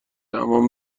اما